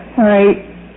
Right